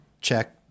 check